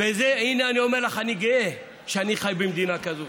הינה, אני אומר לך, אני גאה שאני חי במדינה כזאת.